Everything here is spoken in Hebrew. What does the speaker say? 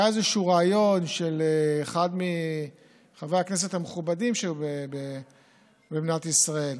היה איזשהו רעיון של אחד מחברי הכנסת המכובדים במדינת ישראל